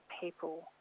people